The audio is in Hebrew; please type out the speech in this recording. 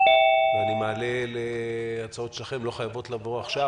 אני מעלה להצעות שלכם הן לא חייבות לבוא עכשיו,